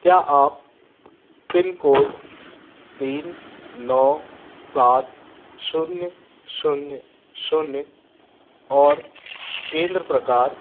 क्या आप pin code तीन नौ सात शून्य शून्य शून्य और केंद्र प्रकार